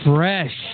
Fresh